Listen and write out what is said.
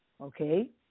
okay